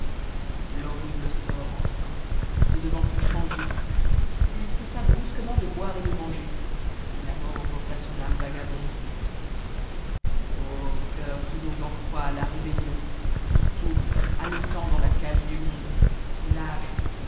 l'horrtmc sort ennn ne devant plus changer t cessa brusquement de boire et de manger et a mort emporta son âme vagabonde cœur toujours en proie à la rcmetmon qut tournes haletant dans la cage du monde lâche